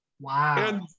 Wow